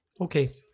Okay